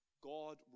God